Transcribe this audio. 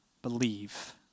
Believe